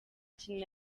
kintu